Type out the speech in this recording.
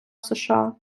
сша